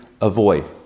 avoid